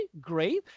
great